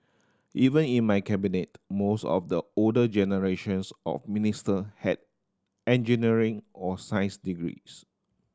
even in my Cabinet most of the older generations of minister had engineering or science degrees